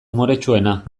umoretsuena